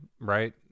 right